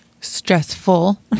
stressful